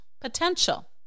potential